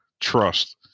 trust